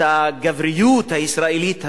את הגבריות הישראלית הזאת,